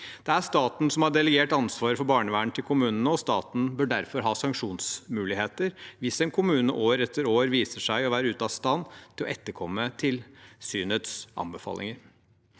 Det er staten som har delegert ansvaret for barnevernet til kommunene. Staten bør derfor ha sanksjonsmuligheter hvis en kommune år etter år viser seg å være ute av stand til å etterkomme tilsynets anbefalinger.